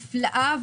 נפלאה,